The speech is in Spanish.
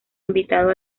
invitado